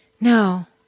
No